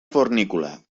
fornícula